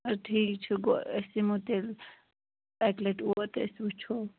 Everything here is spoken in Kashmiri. اَدٕ ٹھیٖک چھُ گوٚو أسۍ یِمو تیٚلہِ اَکہِ لٹہِ اور تہٕ أسۍ وٕچھو